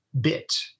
bit